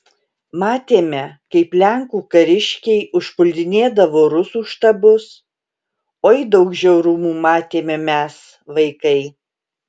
matėme kaip lenkų kariškiai užpuldinėdavo rusų štabus oi daug žiaurumų matėme mes vaikai